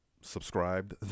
subscribed